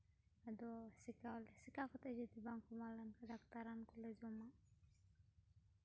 ᱟᱫᱚ ᱥᱮᱸᱠᱟᱣ ᱟᱞᱮ ᱥᱮᱸᱠᱟᱣ ᱠᱟᱛᱮᱫ ᱡᱩᱫᱤ ᱵᱟᱝ ᱠᱚᱢᱟᱣ ᱞᱮᱱᱠᱷᱟᱱ ᱰᱟᱠᱛᱟᱨ ᱨᱟᱱ ᱠᱚᱞᱮ ᱡᱚᱢᱟ